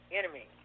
enemy